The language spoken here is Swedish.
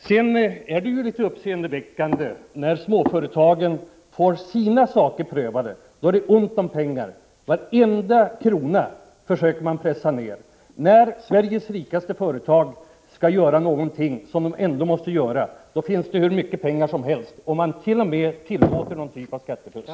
Sedan vill jag säga att det är uppseendeväckande att när småföretagens problem prövas, då är det alltid ont om pengar — då försöker man pruta på varenda krona — men när Sveriges rikaste företag skall satsa på någonting, en satsning företaget i vilket fall som helst skulle ha gjort, då finns det hur mycket pengar som helst.